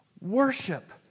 Worship